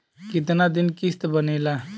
कितना दिन किस्त बनेला?